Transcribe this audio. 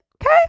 Okay